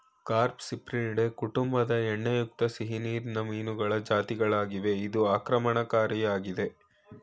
carp Cyprinidae ಕುಟುಂಬದ ಎಣ್ಣೆಯುಕ್ತ ಸಿಹಿನೀರಿನ ಮೀನುಗಳ ಜಾತಿಗಳಾಗಿವೆ ಇದು ಆಕ್ರಮಣಕಾರಿಯಾಗಯ್ತೆ